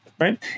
right